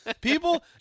People